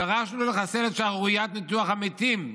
דרשנו לחסל את שערוריית ניתוח המתים,